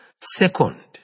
Second